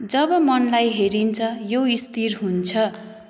जब मनलाई हेरिन्छ यो स्थिर हुन्छ